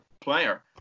player